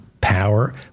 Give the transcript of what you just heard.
power